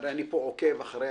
הרי אני פה עוקב אחרי